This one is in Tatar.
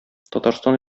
татарстан